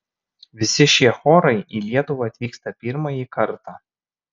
visi šie chorai į lietuvą atvyksta pirmąjį kartą